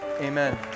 Amen